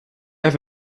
have